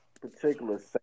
particular